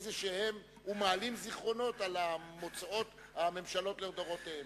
מעלים זיכרונות על הממשלות לדורותיהן.